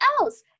else